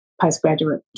postgraduate